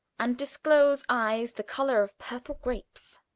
and disclose eyes the color of purple grapes.